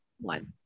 one